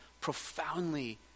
profoundly